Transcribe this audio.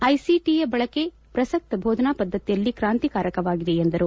ಐಸಿಟಿಯ ಬಳಕೆ ಪ್ರಸಕ್ತ ಬೋಧನಾ ಪದ್ದತಿಯಲ್ಲಿ ಕ್ರಾಂತಿಕಾರಕವಾಗಿದೆ ಎಂದರು